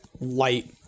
light